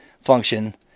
function